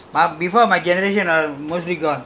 they they can't remember my parents